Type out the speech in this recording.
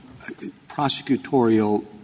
prosecutorial